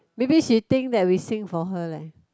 maybe she think that we sing for her leh